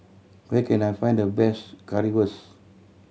where can I find the best Currywurst